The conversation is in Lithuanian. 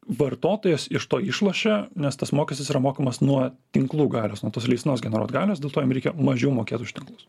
vartotojas iš to išlošia nes tas mokestis yra mokamas nuo tinklų galios nuo tos leistinos generuot galios dėl to jum reikia mažiau mokėt už tinklus